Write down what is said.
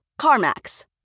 CarMax